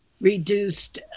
reduced